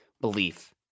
belief